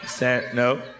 No